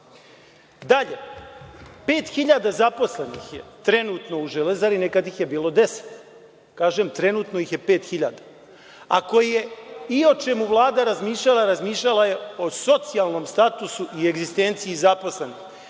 5.000 zaposlenih je trenutno u „Železari“, nekada ih je bilo 10.000. Kažem, trenutno ih je 5.000, ako je i o čemu Vlada razmišljala, razmišljala je o socijalnom statusu i egzistenciji zaposlenih.